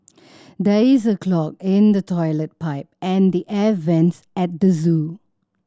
there is a clog in the toilet pipe and the air vents at the zoo